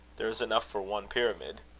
there is enough for one pyramid.